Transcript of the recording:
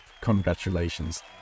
congratulations